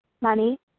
money